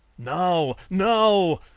now, now!